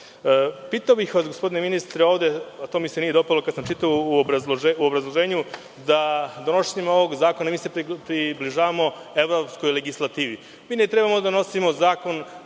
bih vas gospodine ministre, to mi se nije dopalo kada sam čitao u obrazloženju, da donošenjem ovog zakona mi se približavamo evropskoj legislativi. Mi ne treba da donosimo zakon